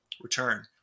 return